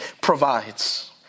provides